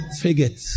forget